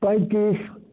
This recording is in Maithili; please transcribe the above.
पैंतीस